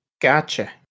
Gotcha